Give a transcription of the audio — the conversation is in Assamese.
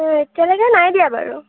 এতিয়ালৈকে নাই দিয়া বাৰু